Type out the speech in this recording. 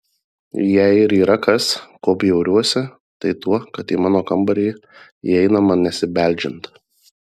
jei ir yra kas kuo bjauriuosi tai tuo kad į mano kambarį įeinama nesibeldžiant